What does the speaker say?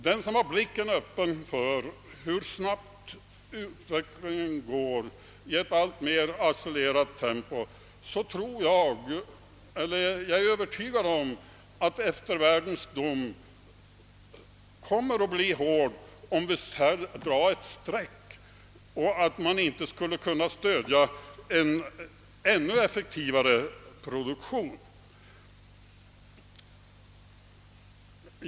Den som har blicken öppen för utvecklingens alltmer accelererande tempo måste inse att eftervärldens dom kommer att bli hård, om vi här drar ett streck och inte anser oss kunna stödja en ännu effektivare produktion.